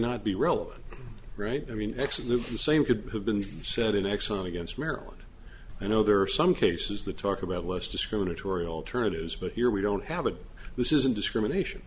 not be relevant right i mean x in the same could have been said in exxon against maryland you know there are some cases the talk about less discriminatory alternatives but here we don't have a this isn't discrimination